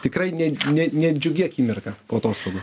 tikrai ne ne nedžiugi akimirka po atostogų